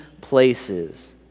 places